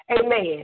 Amen